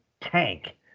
tank